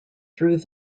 through